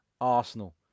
Arsenal